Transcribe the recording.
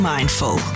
Mindful